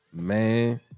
Man